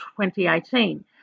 2018